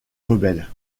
rebelles